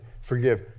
Forgive